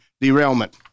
derailment